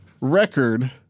Record